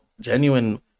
genuine